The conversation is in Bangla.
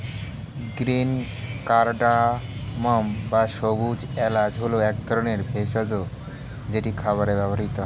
গ্রীন কারডামম্ বা সবুজ এলাচ হল এক ধরনের ভেষজ যেটি খাবারে ব্যবহৃত হয়